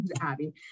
Abby